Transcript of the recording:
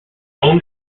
own